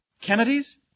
Kennedy's